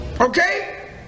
Okay